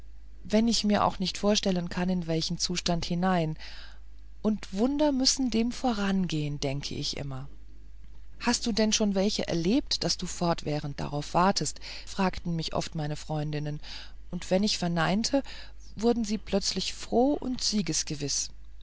wenn ich mir auch nicht vorstellen kann in welchen zustand hinein und wunder müssen dem vorhergehen denke ich mir immer hast du denn schon welche erlebt daß du fortwährend darauf wartest fragten mich oft meine freundinnen und wenn ich verneinte wurden sie plötzlich froh und